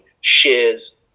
shares